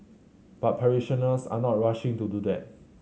but parishioners are not rushing to do that